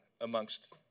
amongst